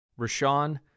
Rashawn